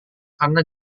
karena